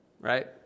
right